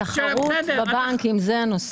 התחרות בבנקים זה הנושא.